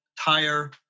tire